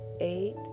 eight